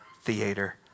theater